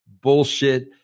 bullshit